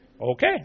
Okay